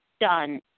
done